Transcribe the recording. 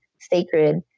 sacred